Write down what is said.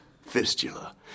fistula